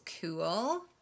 Cool